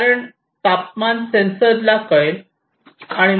कारण तापमान सेन्सरला कळेल